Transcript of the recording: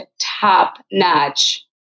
top-notch